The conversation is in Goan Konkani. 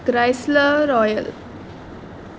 क्रायसल रॉयल